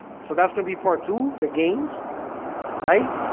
so that's gonna be part two the games right,